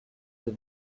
des